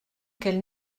qu’elle